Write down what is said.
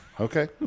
Okay